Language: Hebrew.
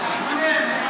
אתה חולם, אתה חולם והוזה.